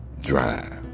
drive